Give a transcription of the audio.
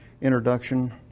introduction